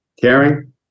Caring